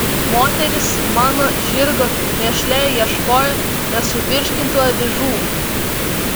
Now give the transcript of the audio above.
moterys mano žirgo mėšle ieškojo nesuvirškintų avižų